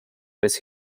with